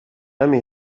lemme